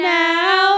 now